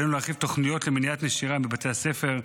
עלינו להרחיב תוכניות למניעת נשירה מבתי הספר,